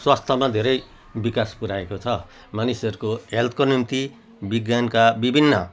स्वास्थ्यमा धेरै विकास पुर्याएको छ मानिसहरूको हेल्थको निम्ति विज्ञानका विभिन्न